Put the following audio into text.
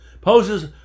poses